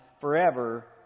forever